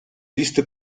listy